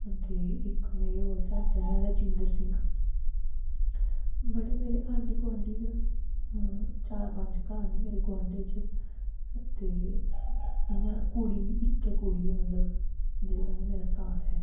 उं'दी इक मेरे होर चाचा न राजिंदर सिंह बड़े मेरे आंडी गोआंढी न चार पंज घर न मेरे गोआंढ़ै च इ'यां कुड़ी इक्कै कुड़ी ऐ मतलब जेह्दे कन्नै मेरा साथ ऐ